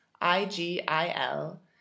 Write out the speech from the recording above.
I-G-I-L